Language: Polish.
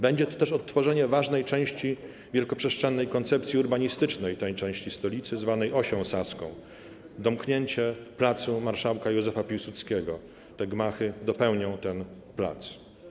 Będzie to też odtworzenie ważnej części wielkoprzestrzennej koncepcji urbanistycznej tej części stolicy, zwanej Osią Saską, domknięcie placu Marszałka Józefa Piłsudskiego - te gmachy dopełnią ten plac.